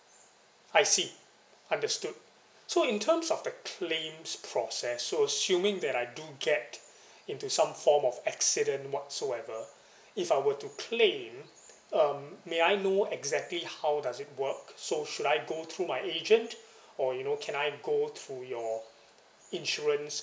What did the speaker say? I see understood so in terms of the claims process so assuming that I do get into some form of accident whatsoever if I were to claim um may I know exactly how does it work so should I go through my agent or you know can I go through your insurance